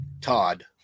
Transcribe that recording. Todd